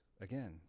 Again